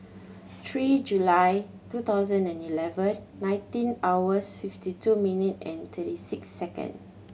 three July two thousand and eleven nineteen hours fifty two minute and thirty six second